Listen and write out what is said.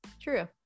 true